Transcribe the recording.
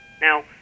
Now